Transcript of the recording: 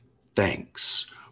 thanks